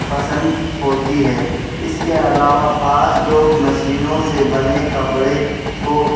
پسند ہوتی ہے اس کے علاوہ بعض لوگ مشینوں سے بنے کپڑے کو